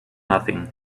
nothing